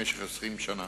במשך 20 שנה.